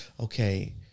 okay